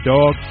Dog